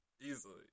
easily